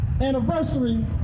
anniversary